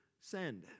send